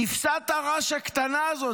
כבשת הרש הקטנה הזאת.